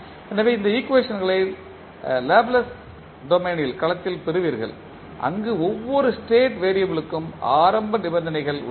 எனவே இந்த ஈக்குவேஷன்களை லாப்லேஸ் களத்தில் டொமைனில் பெறுவீர்கள் அங்கு ஒவ்வொரு ஸ்டேட் வெறியபிள்க்கும் ஆரம்ப நிபந்தனைகள் உள்ளன